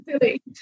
silly